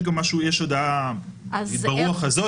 יש הודעה ברוח הזאת.